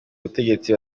butegetsi